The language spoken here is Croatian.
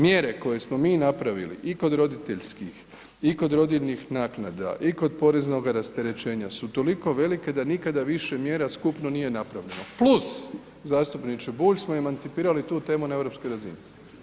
Mjere koje smo mi napravili i kod roditeljskih i kod rodiljnih naknada i kod poreznoga rasterećenja su toliko velike da nikada više mjera skupno nije napravljeno, plus zastupniče Bulj smo emancipirali tu temu na europskoj razini.